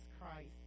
Christ